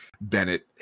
Bennett